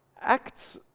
Acts